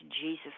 Jesus